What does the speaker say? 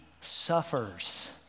suffers